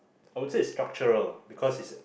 I would say it's structural because it's